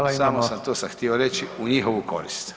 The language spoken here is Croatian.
Eto, samo sam, to sam htio reći u njihovu korist.